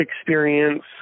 experience